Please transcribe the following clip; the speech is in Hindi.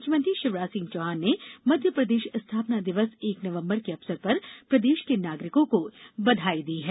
मुख्यमंत्री शिवराज सिंह चौहान ने मध्यप्रदेश स्थापना दिवस एक नवम्बर के अवसर पर प्रदेश के नागरिकों को बधाई दी है